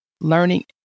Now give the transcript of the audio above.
learning